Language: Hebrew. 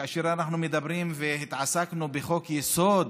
כאשר אנחנו מדברים ועוסקים בחוק-יסוד,